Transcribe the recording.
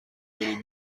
بلیط